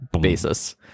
basis